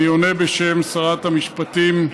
אני עונה בשם שרת המשפטים.